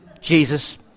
Jesus